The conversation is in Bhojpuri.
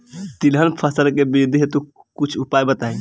तिलहन फसल के वृद्धि हेतु कुछ उपाय बताई?